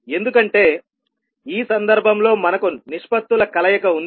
ఎందుకంటే ఈ సందర్భంలో మనకు నిష్పత్తుల Ratio's కలయిక ఉంది